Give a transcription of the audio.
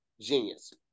genius